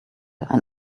ein